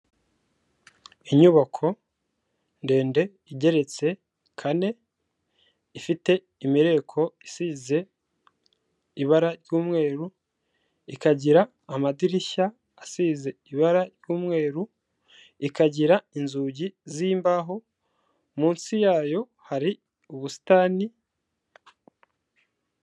Inyubako ndende igeretse kane, ifite imireko isize ibara ry'umweru, ikagira amadirishya asize ibara ry'umweru, ikagira inzugi z'imbaho, munsi yayo hari ubusitani...